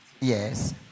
Yes